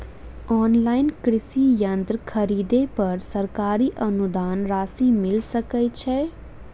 Online कृषि यंत्र खरीदे पर सरकारी अनुदान राशि मिल सकै छैय?